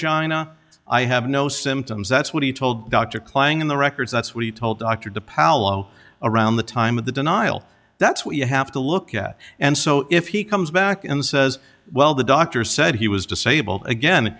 china i have no symptoms that's what he told dr klang in the records that's what he told dr de paolo around the time of the denial that's what you have to look at and so if he comes back and says well the doctor said he was disabled again